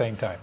same time